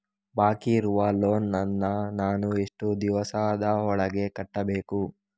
ಬಾಕಿ ಇರುವ ಲೋನ್ ನನ್ನ ನಾನು ಎಷ್ಟು ದಿವಸದ ಒಳಗೆ ಕಟ್ಟಬೇಕು?